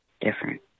different